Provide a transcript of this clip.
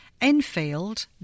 Enfield